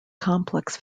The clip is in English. complex